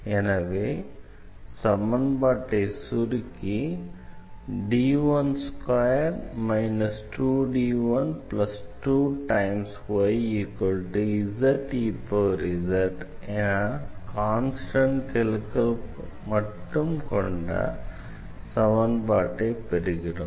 எனவே சமன்பாட்டை சுருக்கி என கான்ஸ்டண்ட் கெழுக்கள் மட்டும் கொண்ட சமன்பாட்டை பெறுகிறோம்